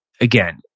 Again